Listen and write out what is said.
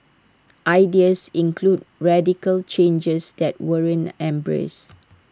ideas included radical changes that weren't embraced